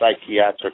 psychiatric